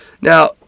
Now